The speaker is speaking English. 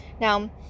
Now